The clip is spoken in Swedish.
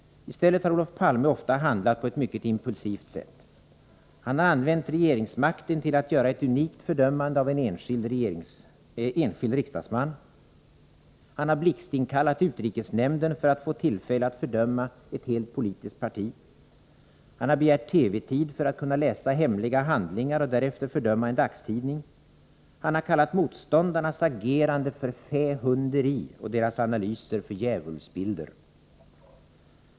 I stället har Olof Palme ofta handlat på ett mycket impulsivt sätt. Han har använt regeringsmakten till att göra ett unikt fördömande av en enskild riksdagsman, han har blixtinkallat utrikesnämnden för att få tillfälle att fördöma ett helt politiskt parti, han har begärt TV-tid för att kunna läsa hemliga handlingar och därefter fördöma en dagstidning, han har kallat motståndarnas agerande för fähunderi och deras analyser för djävulsbilder.